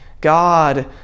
God